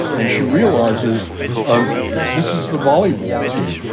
and she realizes um this is the volleyball team,